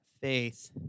faith